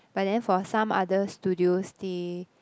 but then for some other studios they